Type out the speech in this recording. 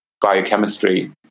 biochemistry